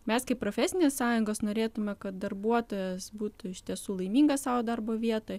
mes kaip profesinės sąjungos norėtume kad darbuotojas būtų iš tiesų laimingas savo darbo vietoj